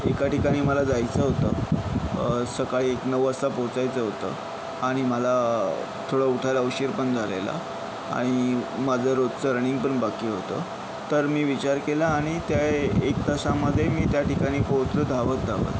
एका ठिकाणी मला जायचं होतं सकाळी एक नऊ वाजता पोहोचायचं होतं आणि मला थोडं उठायला उशीर पण झालेला आणि माझं रोजचं रनिंगपण बाकी होतं तर मी विचार केला आणि त्या एक तासामध्ये मी त्या ठिकाणी पोहोचलो धावत धावत